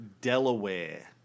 Delaware